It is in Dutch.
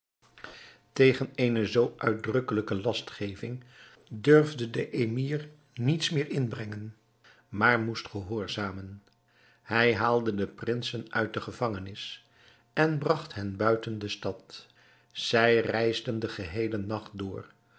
tegen eene zoo uitdrukkelijke lastgeving durfde de emir niets meer inbrengen maar moest gehoorzamen hij haalde de prinsen uit de gevangenis en bragt hen buiten de stad zij reisden den geheelen nacht door